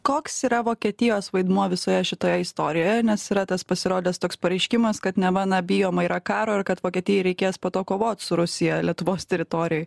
koks yra vokietijos vaidmuo visoje šitoje istorijoje nes yra tas pasirodęs toks pareiškimas kad neva na bijoma yra karo ir kad vokietijai reikės po to kovot su rusija lietuvos teritorijoj